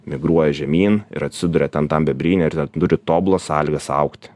migruoja žemyn ir atsiduria ten tam bebryne ir turi tobulas sąlygas augti